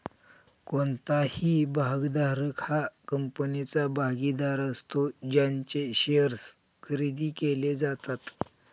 कोणताही भागधारक हा कंपनीचा भागीदार असतो ज्यांचे शेअर्स खरेदी केले जातात